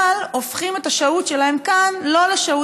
אבל הופכים את השהות שלהם כאן לא לשהות